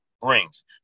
brings